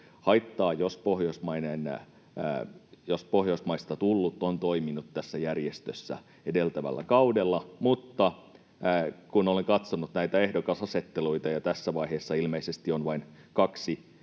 haittaa, jos Pohjoismaista tullut on toiminut tässä järjestössä edeltävällä kaudella, mutta kun olen katsonut näitä ehdokasasetteluita ja tässä vaiheessa ilmeisesti on vain kaksi